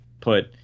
put